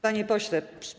Panie pośle!